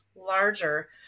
larger